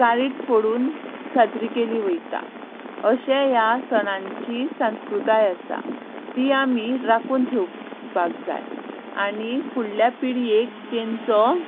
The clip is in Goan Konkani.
कारीट फोडून साजरो केलो वता अशें ह्या सणांची संस्कृताय आसा ती आमी राखून ठेवपाक जाय आनी फुडल्या पिळगेक तांचो